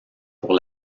pour